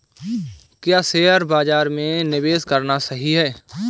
क्या शेयर बाज़ार में निवेश करना सही है?